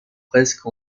presque